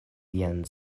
vian